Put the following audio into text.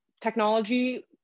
technology